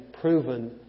proven